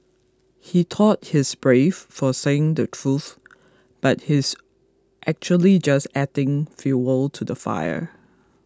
he thought he's brave for saying the truth but he's actually just adding fuel to the fire